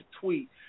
tweet